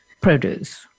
produce